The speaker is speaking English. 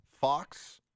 Fox